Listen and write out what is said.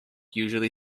usually